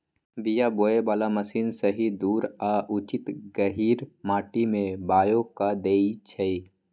बीया बोय बला मशीन सही दूरी आ उचित गहीर माटी में बाओ कऽ देए छै